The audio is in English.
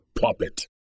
puppet